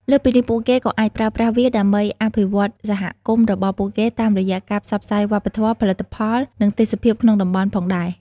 លើសពីនេះ ពួកគេក៏អាចប្រើប្រាស់វាដើម្បី អភិវឌ្ឍសហគមន៍របស់ពួកគេ តាមរយៈការផ្សព្វផ្សាយវប្បធម៌ ផលិតផល និងទេសភាពក្នុងតំបន់ផងដែរ។